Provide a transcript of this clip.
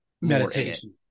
meditation